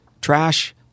trash